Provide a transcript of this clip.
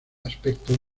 aspectos